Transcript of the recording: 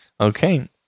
Okay